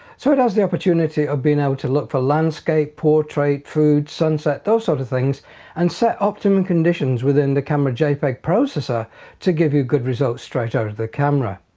so it has the opportunity of being able to look for landscape, portrait, food, sunset those sort of things and set optimum conditions within the camera jpeg processor to give you good results straight out of the camera.